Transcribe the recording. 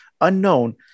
unknown